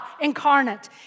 incarnate